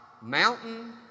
mountain